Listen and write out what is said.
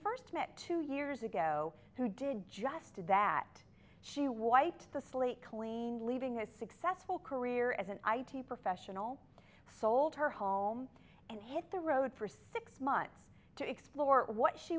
first met two years ago who did just that she wiped the slate clean leaving a successful career as an i t professional sold her home and hit the road for six months to explore what she